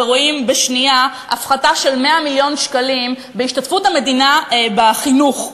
רואים בשנייה הפחתה של 100 מיליון שקלים בהשתתפות המדינה בחינוך,